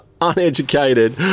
uneducated